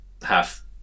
half